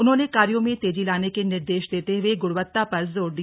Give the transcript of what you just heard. उन्होंने कार्यो में तेजी लाने के निर्देश देते हुए गुणवत्ता पर जोर दिया